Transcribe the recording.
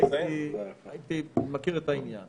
הייתי מכיר את העניין.